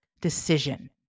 decision